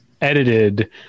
edited